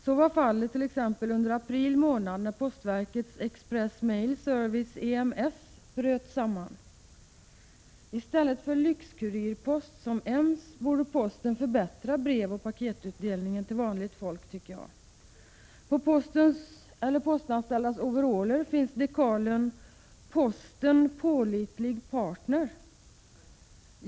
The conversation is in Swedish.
Så var t.ex. fallet under april månad när postverkets Express Mail Service, EMS, bröt samman. I stället för lyxkurirpost som EMS borde posten förbättra brevoch paketutdelningen till vanligt folk. På postanställdas overaller finns dekalen ”Posten Pålitlig Partner”.